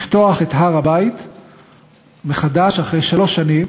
לפתוח את הר-הבית מחדש, אחרי שלוש שנים,